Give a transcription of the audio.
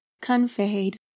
conveyed